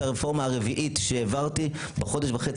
זה הרפורמה הרביעית שהעברתי בחודש וחצי